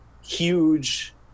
huge